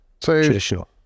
traditional